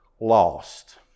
lost